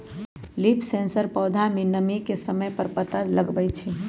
leaf sensor पौधा में नमी के समय पर पता लगवई छई